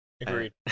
Agreed